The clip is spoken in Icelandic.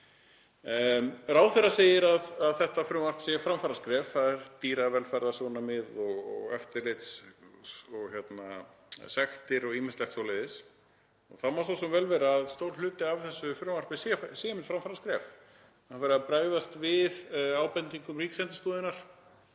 Ráðherra segir að þetta frumvarp sé framfaraskref, það eru dýravelferðarsjónarmið og eftirlitssektir og ýmislegt svoleiðis. Það má svo sem vel vera að stór hluti af þessu frumvarpi sé einmitt framfaraskref. Það er verið að bregðast við ábendingum Ríkisendurskoðunar,